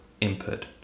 input